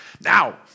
Now